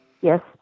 Yes